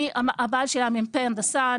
הבעל שלי היה מ"פ הנדסה,